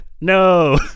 no